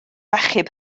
achub